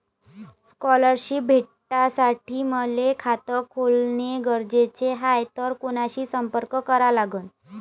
Scholarship भेटासाठी मले खात खोलने गरजेचे हाय तर कुणाशी संपर्क करा लागन?